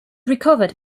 recovered